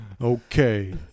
okay